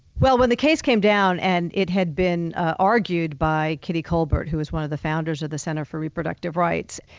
well, when the case came down, and it had been argued by kitty kolbert, who is one of the founders of the center for reproductive rights,